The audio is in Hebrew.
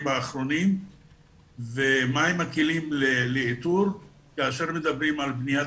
האחרונים ומה הם הכלים לאיתור כאשר מדברים על בניית